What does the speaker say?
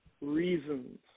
reasons